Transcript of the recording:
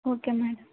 okay madam